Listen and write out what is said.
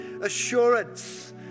assurance